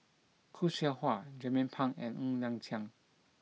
Khoo Seow Hwa Jernnine Pang and Ng Liang Chiang